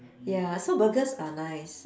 ya so burgers are nice